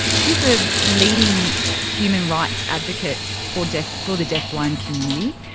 she's a leading human rights advocate for deaf, for the deafblind community.